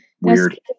Weird